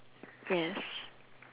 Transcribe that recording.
yes